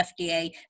FDA